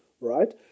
right